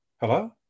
Hello